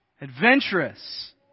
Adventurous